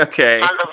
Okay